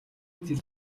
тэр